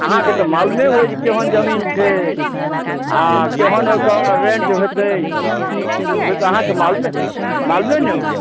अहाँकेँ तऽ मालुमे होय जे केहन जमीन छै आ केहन ओकर रेन्ट होयतैक से तऽ अहाँकेँ मालुमे मालुमे नहि होय